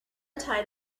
tied